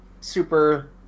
super